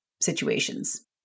situations